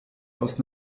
aus